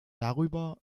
darüber